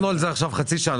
דיברנו על זה עכשיו חצי שעה.